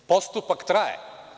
Postupak traje.